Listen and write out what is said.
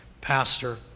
pastor